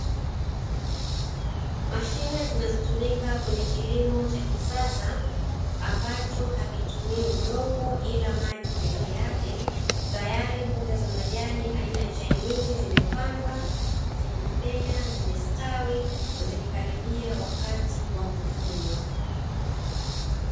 Mashine zinazotumika kwenye kilimo cha kisasa ambacho hakitumii udongo ila maji peke yake, tayari mboga za majani aina ya chainizi zimepandwa, zimemea, zimestawi zikikaribia wakati wa kuvunwa.